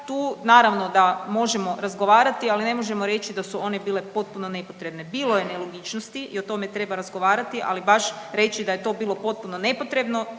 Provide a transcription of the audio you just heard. to naravno da možemo razgovarati ali ne možemo reći da su one bile potpuno nepotrebne. Bilo je nelogičnosti i o tome treba razgovarati ali baš reći da je to bilo potpuno nepotrebno,